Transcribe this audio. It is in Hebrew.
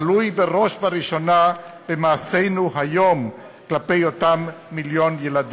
תלוי בראש וראשונה במעשינו היום כלפי אותם מיליון ילדים.